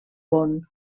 bonn